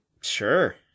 sure